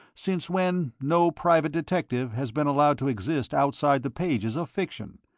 since when no private detective has been allowed to exist outside the pages of fiction.